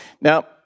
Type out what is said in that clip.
Now